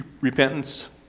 repentance